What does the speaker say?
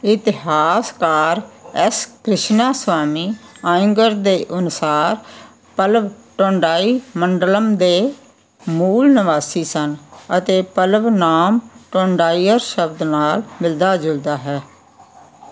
ਇਤਿਹਾਸਕਾਰ ਐੱਸ ਕ੍ਰਿਸ਼ਨਾਸਵਾਮੀ ਅਇੰਗਰ ਦੇ ਅਨੁਸਾਰ ਪੱਲਵ ਟੋਂਡਾਈਮੰਡਲਮ ਦੇ ਮੂਲ ਨਿਵਾਸੀ ਸਨ ਅਤੇ ਪੱਲਵ ਨਾਮ ਟੋਂਡਾਈਅਰ ਸ਼ਬਦ ਨਾਲ ਮਿਲਦਾ ਜੁਲਦਾ ਹੈ